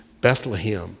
Bethlehem